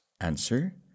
Answer